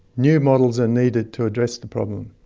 new models are needed to address the problem.